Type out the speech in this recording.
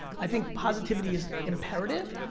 i think positivity is imperative,